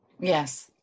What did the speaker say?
Yes